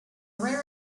rare